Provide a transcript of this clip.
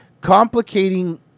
Complicating